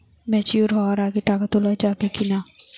Mature হওয়ার আগে টাকা তোলা যাবে কিনা?